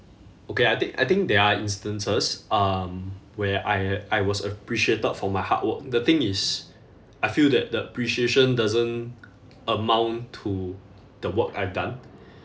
okay I thi~ I think there are instances um where I I was appreciated for my hard work the thing is I feel that the appreciation doesn't amount to the work I've done